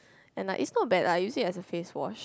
and like its not bad lah I use it like a face wash